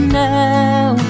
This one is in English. now